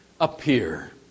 appear